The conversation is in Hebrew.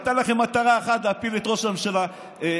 הייתה לכם מטרה אחת: להפיל את ראש הממשלה נתניהו.